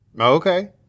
Okay